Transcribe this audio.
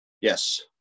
yes